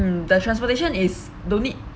mm the transportation is don't need